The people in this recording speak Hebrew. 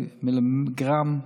מיליגרם,